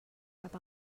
cap